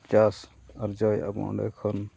ᱪᱟᱥ ᱟᱨᱡᱟᱣ ᱮᱫᱟᱵᱚᱱ ᱚᱸᱰᱮ ᱠᱷᱚᱱ